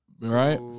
Right